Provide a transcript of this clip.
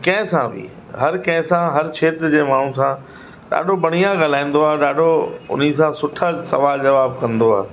कंहिं सां बि हर कंहिं सां हर क्षेत्र जे माण्हुनि सां ॾाढो बढ़िया ॻाल्हाईंदो आहे ॾाढो उन सां सुठा सवाल जवाब कंदो आहे